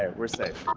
ah we're safe.